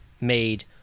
made